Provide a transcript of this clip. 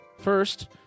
First